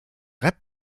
rap